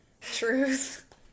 Truth